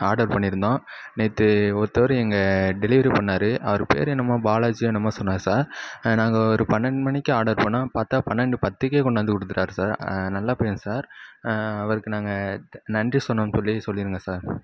order பண்ணியிருந்தோம் நேற்று ஒருத்தவர் எங்கே டெலிவரி பண்ணார் அவரு பேர் என்னமோ பாலாஜியோ என்னமோ சொன்னார் சார் நாங்கள் ஒரு பன்னெண் மணிக்கு ஆர்டர் பண்ணோம் பாத்தா பன்னெண்டு பத்துக்கே கொண்டாந்து கொடுத்துட்டாரு சார் நல்ல பையன் சார் அவருக்கு நாங்கள் த நன்றி சொன்னோன் சொல்லி சொல்லிருங்க சார்